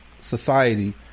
Society